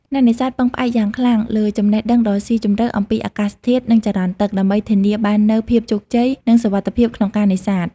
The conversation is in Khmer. អ្នកនេសាទពឹងផ្អែកយ៉ាងខ្លាំងលើចំណេះដឹងដ៏ស៊ីជម្រៅអំពីអាកាសធាតុ និងចរន្តទឹក ដើម្បីធានាបាននូវភាពជោគជ័យ និងសុវត្ថិភាពក្នុងការនេសាទ។